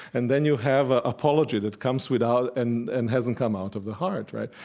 and then you have ah apology that comes without and and hasn't come out of the heart, right?